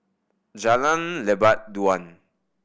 Jalan Lebat Daun